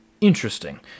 interesting